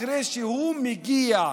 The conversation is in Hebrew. ואחרי שהוא מגיע,